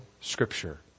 Scripture